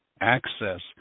access